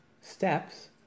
steps